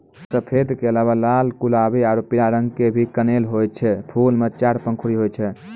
सफेद के अलावा लाल गुलाबी आरो पीला रंग के भी कनेल होय छै, फूल मॅ चार पंखुड़ी होय छै